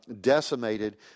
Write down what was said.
decimated